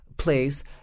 place